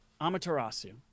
Amaterasu